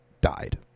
died